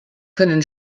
können